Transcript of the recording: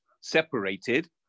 separated